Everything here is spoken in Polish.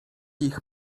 ich